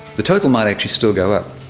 the total might actually still go up,